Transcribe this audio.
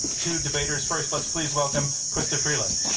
two debaters. first let's please welcome chrystia freeland.